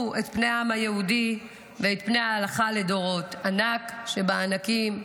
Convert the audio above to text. את פני העם היהודי ואת פני ההלכה לדורות --- ענק שבענקים".